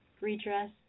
redress